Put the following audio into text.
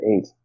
eight